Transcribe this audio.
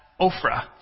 Ophrah